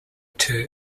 two